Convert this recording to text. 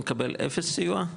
מקבל אפס סיוע?